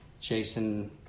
Jason